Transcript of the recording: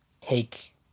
take